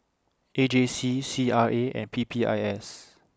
A J C C R A and P P I S